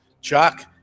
Chuck